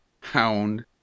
hound